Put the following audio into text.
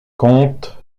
comte